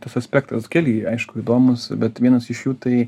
tas aspektas keli jie aišku įdomūs bet vienas iš jų tai